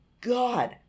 god